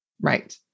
Right